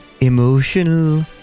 emotional